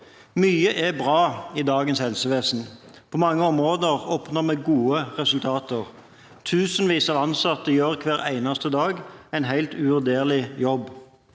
Mye er bra i dagens helsevesen. På mange områder oppnår vi gode resultater. Tusenvis av ansatte gjør hver eneste dag en helt uvurderlig jobb.